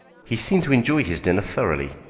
he seemed to enjoy his dinner thoroughly,